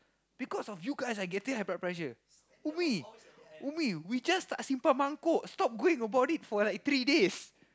because of you guys I getting high blood pressure we we we just tak simpan mangkuk stop going about it for like three days